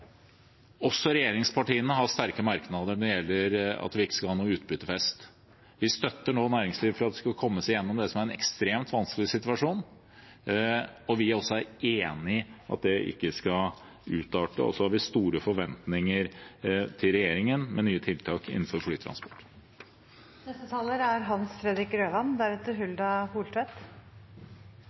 Også regjeringspartiene har sterke merknader når det gjelder at vi ikke skal ha noen utbyttefest. Vi støtter nå næringslivet for at de skal komme seg igjennom det som er en ekstremt vanskelig situasjon, og vi er enig i at det ikke skal utarte. Vi har også store forventninger til regjeringen om nye tiltak innenfor flytransport. La meg begynne med å si at jeg er